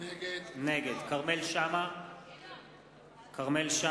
נגד כרמל שאמה,